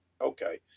Okay